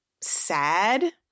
sad